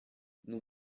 nous